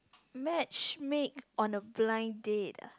matchmake on a blind date ah